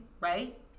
right